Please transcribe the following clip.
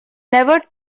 never